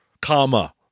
Comma